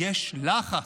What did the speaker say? יש לחץ.